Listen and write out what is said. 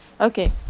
Okay